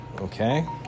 okay